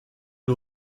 une